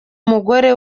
mugore